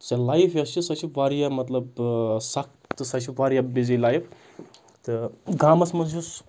سۄ لایِف یۄس چھِ سۄ چھِ واریاہ مطلب سخٕت تہٕ سۄ چھِ واریاہ بِزِی لایِف تہٕ گامَس منٛز یُس